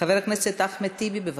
חבר הכנסת אחמד טיבי, בבקשה,